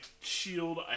shield